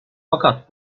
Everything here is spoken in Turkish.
fakat